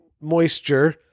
moisture